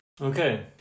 okay